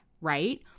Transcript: right